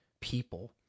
people